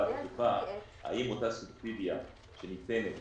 האם אותה סובסידיה שניתנת